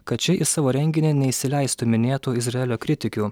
kad ši į savo renginį neįsileistų minėtų izraelio kritikių